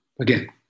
again